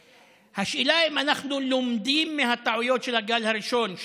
השאלה היא אם אנחנו לומדים מהטעויות של הגל הראשון,